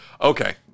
Okay